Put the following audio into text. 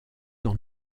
dans